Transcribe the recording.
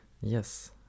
yes